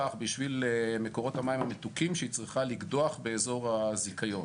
בשביל מקורות המים המתוקים שהיא צריכה לקדוח באזור הזיכיון.